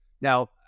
Now